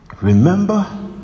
Remember